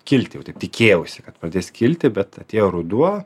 kilt jau taip tikėjausi kad pradės kilti bet atėjo ruduo